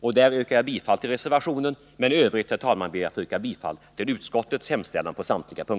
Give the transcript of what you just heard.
Jag yrkar därför bifall till reservationen, men på övriga punkter ber jag, herr talman, att få yrka bifall till utskottets hemställan.